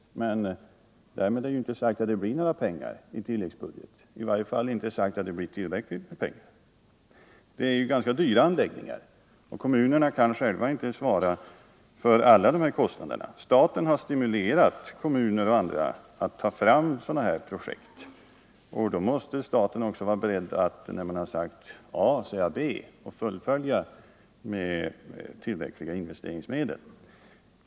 Men därmed är ju inte sagt att det blir några pengar i tilläggsbudget, i varje fall är det inte sagt att det blir tillräckligt med pengar. Det här är ganska dyra anläggningar, och kommunerna kan själva inte svara för alla kostnaderna. Staten har stimulerat kommuner och andra att ta fram sådana här projekt. När man har sagt A måste man vara beredd att säga B: staten måste vara beredd att fullfölja med tillräckliga investeringsmedel.